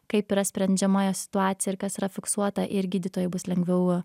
kaip yra sprendžiama situacija ir kas yra fiksuota ir gydytojui bus lengviau